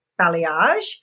balayage